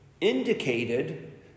indicated